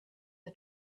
the